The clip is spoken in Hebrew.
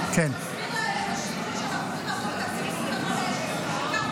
תסביר לה את השינוי שאנחנו צריכים לעשות בתקציב 2025 --- אמרת,